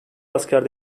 asker